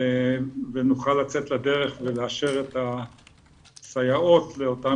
ונוכל לצאת לדרך ולאשר את הסייעות לאותם